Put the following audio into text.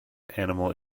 animal